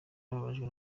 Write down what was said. bababajwe